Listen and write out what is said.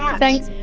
um thanks,